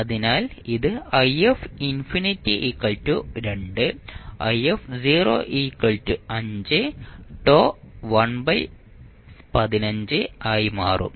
അതിനാൽ ഇത് i∞ 2 i 5 τ 1 by 15 ആയി മാറും